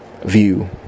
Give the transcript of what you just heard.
view